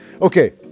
Okay